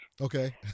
Okay